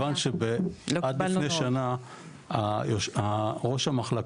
עד לפני שנה ראש המחלקה,